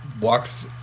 walks